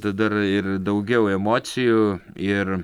dar ir daugiau emocijų ir